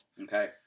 Okay